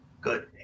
Good